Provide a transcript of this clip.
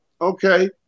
okay